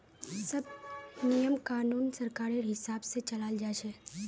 सब नियम कानून सरकारेर हिसाब से चलाल जा छे